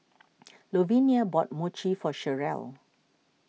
Louvenia bought Mochi for Cherelle